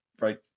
right